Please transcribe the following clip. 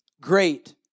great